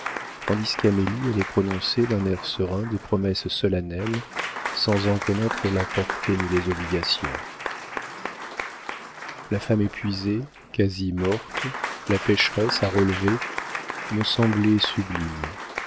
tandis qu'amélie allait prononcer d'un air serein des promesses solennelles sans en connaître la portée ni les obligations la femme épuisée quasi morte la pécheresse à relever me semblait sublime